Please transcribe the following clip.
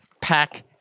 Pack